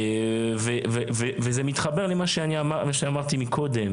לפני שאפתח,